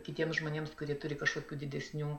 kitiems žmonėms kurie turi kažkokių didesnių